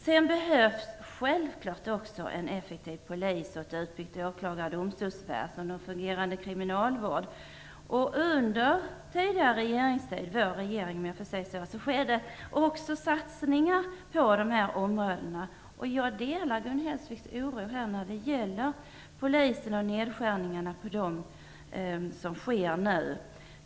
Vi behöver naturligtvis också en effektiv polis, ett väl utbyggt åklagar och domstolsväsende och en fungerande kriminalvård. Under vår regering skedde också satsningar på dessa områden. Jag delar Gun Hellsviks oro för de nedskärningar som nu sker när det gäller polisen.